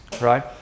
right